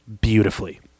beautifully